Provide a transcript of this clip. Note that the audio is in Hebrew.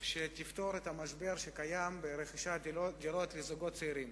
שתפתור את המשבר שקיים ברכישת דירות לזוגות צעירים.